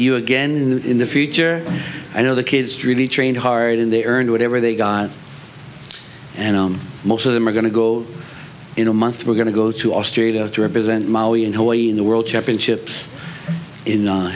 you again in the future i know the kids really trained hard and they earned whatever they got and most of them are going to go in a month we're going to go to australia to represent maui in hawaii in the world championships in